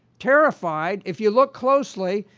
terrifiedif you look closely,